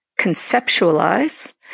conceptualize